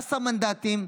16 מנדטים.